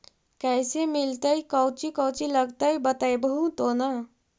कैसे मिलतय कौची कौची लगतय बतैबहू तो न?